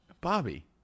Bobby